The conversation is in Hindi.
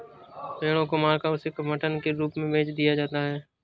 भेड़ों को मारकर उसे मटन के रूप में बेच दिया जाता है